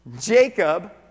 Jacob